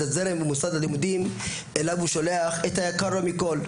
הזרם ומוסד הלימודים אליו הוא שולח את היקר לו מכול.